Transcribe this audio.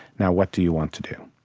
now what do you want to do?